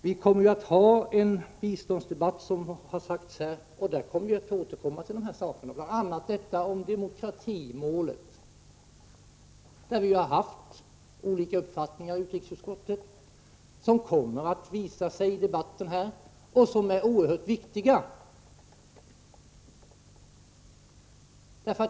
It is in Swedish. Vi kommer ju, som här har sagts, senare att ha en biståndsdebatt, och då kommer dessa frågor åter att tas upp. Det gäller bl.a. den oerhört viktiga frågan om demokratimålet, som vi ju har haft olika uppfattningar om inom utrikesutskottet, vilket kommer att visa sig i debatten.